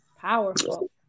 powerful